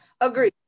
Agree